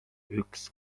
üks